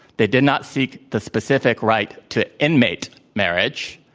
they did not seek the specific right to inmate marriage.